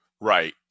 Right